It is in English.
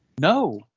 No